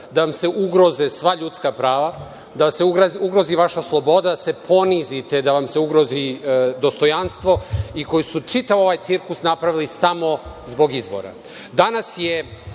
da nam se ugroze sva ljudska prava, da se ugrozi vaša sloboda, da se ponizite, da vam se ugrozi dostojanstvo i koji su čitav ovaj cirkus napravili samo zbog izbora. Danas